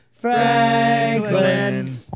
Franklin